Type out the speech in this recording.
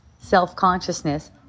self-consciousness